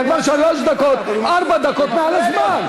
אתה כבר שלוש דקות, ארבע דקות, מעל הזמן.